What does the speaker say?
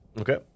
Okay